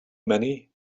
many